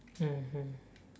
mmhmm